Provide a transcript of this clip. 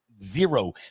zero